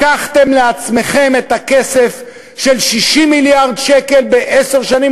לקחתם לעצמכם את הכסף של 60 מיליארד ש"ח בעשר שנים,